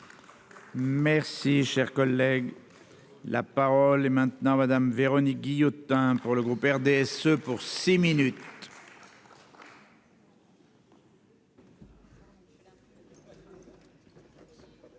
Merci, cher collègue. La parole est maintenant Madame Véronique Guillotin, pour le groupe RDSE pour six minutes.